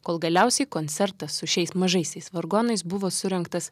kol galiausiai koncertas su šiais mažaisiais vargonais buvo surengtas